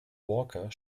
walker